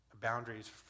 boundaries